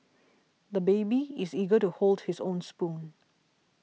the baby is eager to hold his own spoon